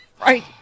right